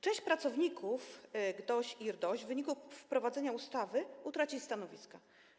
Część pracowników GDOŚ i RDOŚ w wyniku wprowadzenia ustawy utraci stanowiska.